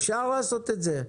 אפשר לעשות את זה.